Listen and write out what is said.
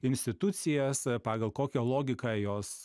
institucijas pagal kokią logiką jos